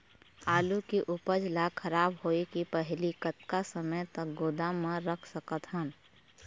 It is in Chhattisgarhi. आलू के उपज ला खराब होय के पहली कतका समय तक गोदाम म रख सकत हन?